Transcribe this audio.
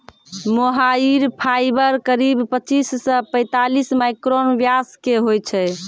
मोहायिर fibre करीब पच्चीस सॅ पैतालिस माइक्रोन व्यास के होय छै